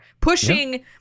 pushing